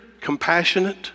compassionate